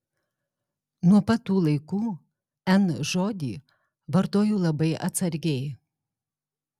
nuo pat tų laikų n žodį vartoju labai atsargiai